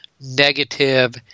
negative